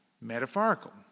metaphorical